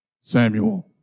Samuel